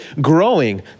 growing